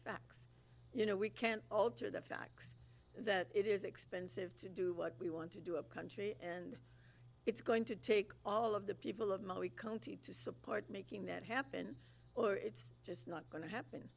facts you know we can't alter the facts that it is expensive to do what we want to do a country and it's going to take all of the people to support making that happen or it's just not going to happen